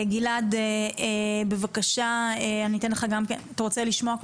אתה רוצה לשמוע?